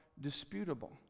disputable